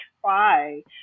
try